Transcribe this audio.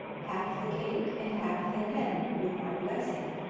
half the cake and half the hen with my blessing,